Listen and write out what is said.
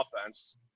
offense